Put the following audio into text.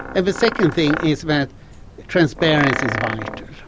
and the second thing is that transparency is vital.